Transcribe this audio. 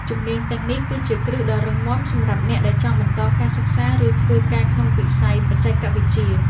ជំនាញទាំងនេះគឺជាគ្រឹះដ៏រឹងមាំសម្រាប់អ្នកដែលចង់បន្តការសិក្សាឬធ្វើការក្នុងវិស័យបច្ចេកវិទ្យា។